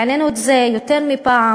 העלינו את זה יותר מפעם